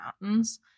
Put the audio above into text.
mountains